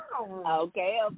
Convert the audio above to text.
Okay